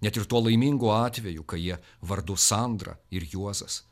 net ir tuo laimingu atveju kai jie vardu sandra ir juozas